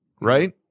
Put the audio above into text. right